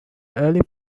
early